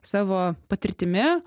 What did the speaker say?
savo patirtimi